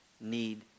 need